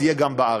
וזה יהיה גם בארץ.